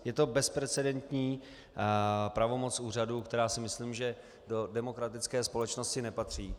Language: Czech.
Je to bezprecedentní pravomoc úřadu, která si myslím, že do demokratické společnosti nepatří.